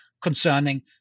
concerning